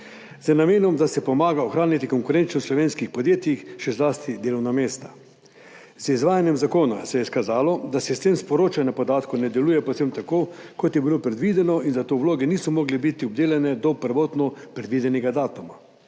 z namenom, da se pomaga ohranjati konkurenčnost slovenskih podjetij, še zlasti delovna mesta. Z izvajanjem zakona se je izkazalo, da sistem sporočanja podatkov ne deluje povsem tako, kot je bilo predvideno, in zato vloge niso mogle biti obdelane do prvotno predvidenega datuma.